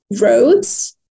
roads